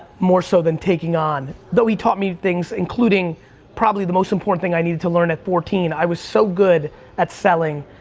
more so than taking on. but he thought me things, including probably the most important thing i needed to learn at fourteen, i was so good at selling,